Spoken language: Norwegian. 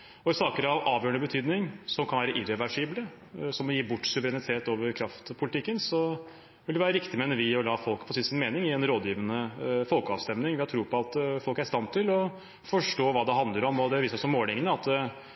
saker av avgjørende betydning som kan være irreversible, som å gi bort suverenitet over kraftpolitikken, vil det være riktig, mener vi, å la folket få si sin mening i en rådgivende folkeavstemning. Vi har tro på at folk er i stand til å forstå hva det handler om. Det viser også målingene, at